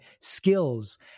skills